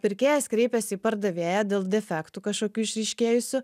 pirkėjas kreipėsi į pardavėją dėl defektų kažkokių išryškėjusių